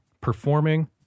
performing